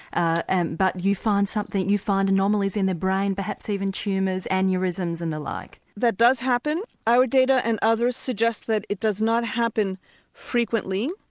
ah and but you find something, you find anomalies in their brain, perhaps even tumours, aneurisms and the like? that does happen, our data and others suggests that it does not happen frequently.